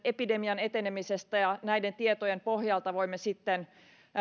epidemian etenemisestä ja näiden tietojen pohjalta voimme